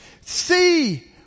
See